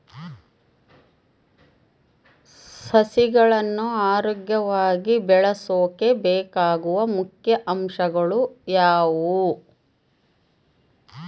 ಸಸಿಗಳನ್ನು ಆರೋಗ್ಯವಾಗಿ ಬೆಳಸೊಕೆ ಬೇಕಾಗುವ ಮುಖ್ಯ ಅಂಶಗಳು ಯಾವವು?